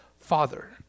Father